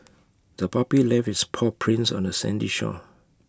the puppy left its paw prints on the sandy shore